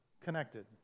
connected